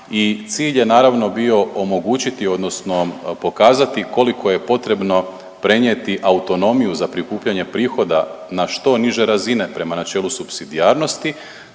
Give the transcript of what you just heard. cilj je naravno bio omogućiti odnosno pokazati koliko je potrebno prenijeti autonomiju za prikupljanje prihoda na što niže razine prema načelu supsidijarnosti,